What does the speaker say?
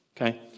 Okay